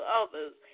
others